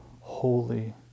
holy